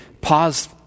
pause